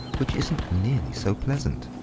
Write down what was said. which isn't nearly so pleasant.